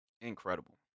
incredible